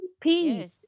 peace